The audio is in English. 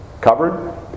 covered